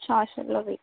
సోషల్లో week